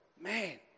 man